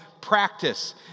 practice